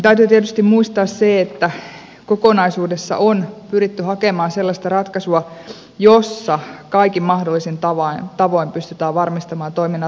täytyy tietysti muistaa se että kokonaisuudessa on pyritty hakemaan sellaista ratkaisua jossa kaikin mahdollisin tavoin pystytään varmistamaan toiminnan riippumattomuus laatu ja valvonta